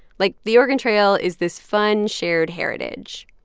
like the oregon trail is this fun shared heritage.